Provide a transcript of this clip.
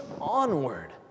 onward